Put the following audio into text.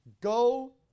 Go